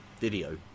video